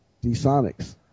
D-Sonics